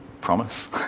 promise